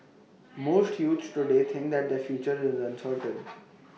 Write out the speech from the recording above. most youths today think that their future is uncertain